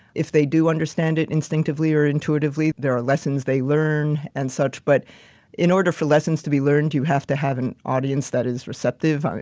if they do understand it instinctively or intuitively, there are lessons they learn and such, but in order for lessons to be learned, you have to have an audience that is receptive.